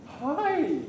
Hi